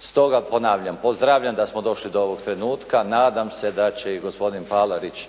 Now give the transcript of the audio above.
Stoga ponavljam, pozdravljam da smo došli do ovog trenutka. Nadam se da će i gospodin Palarić,